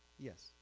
yes?